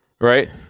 Right